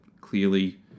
clearly